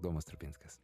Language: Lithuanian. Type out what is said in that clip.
domas strupinskas